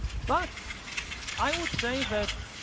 but i would say that